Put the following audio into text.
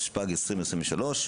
התשפ"ג-2023,